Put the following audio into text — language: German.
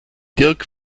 dirk